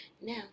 now